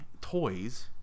toys